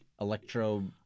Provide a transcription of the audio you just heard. Electro –